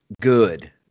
good